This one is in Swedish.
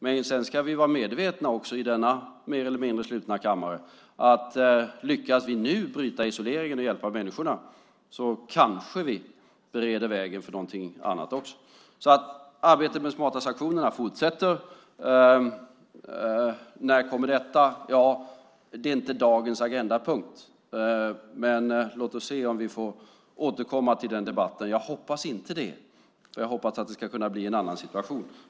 Men sedan ska vi vara medvetna om också i denna mer eller mindre slutna kammare att om vi nu lyckas bryta isoleringen och hjälpa människorna kanske vi bereder vägen för någonting annat också. Arbetet med de smarta sanktionerna fortsätter alltså. När kommer detta? Ja, det är inte dagens agendapunkt. Men låt oss se om vi får återkomma till den debatten. Jag hoppas inte det. Jag hoppas att det ska kunna bli en annan situation.